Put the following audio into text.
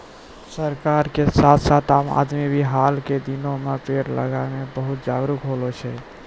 सरकार के साथ साथ आम आदमी भी हाल के दिनों मॅ पेड़ लगाय मॅ बहुत जागरूक होलो छै